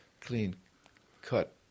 clean-cut